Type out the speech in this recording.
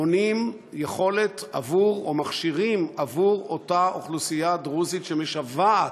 בונים יכולת עבור או מכשירים עבור אותה אוכלוסייה דרוזית שמשוועת,